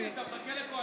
אתה מחכה לקואליציה?